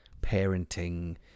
parenting